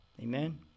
Amen